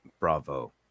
Bravo